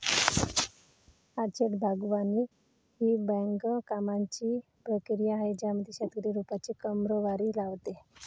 orchard बागवानी ही बागकामाची प्रक्रिया आहे ज्यामध्ये शेतकरी रोपांची क्रमवारी लावतो